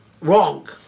wrong